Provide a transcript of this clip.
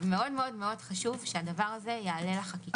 מאוד מאוד חשוב שהדבר הזה יעלה לחקיקה.